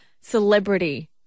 celebrity